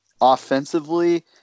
offensively